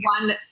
One